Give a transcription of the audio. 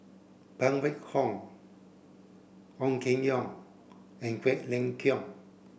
Phan Wait Hong Ong Keng Yong and Quek Ling Kiong